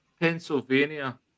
Pennsylvania